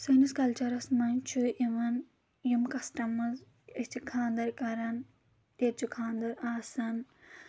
سٲنِس کَلچَرَس منٛز چھُ یِوان یِم کَسٹمٕز أسۍ چھِ خاندَر کَرَان ییٚتہِ چھُ خاندَر آسَان